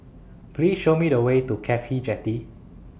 Please Show Me The Way to Cafhi Jetty